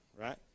Right